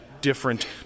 different